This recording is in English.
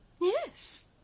Yes